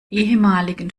ehemaligen